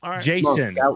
Jason